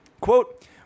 Quote